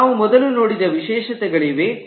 ನಾವು ಮೊದಲು ನೋಡಿದ ವಿಶೇಷತೆಗಳಿವೆ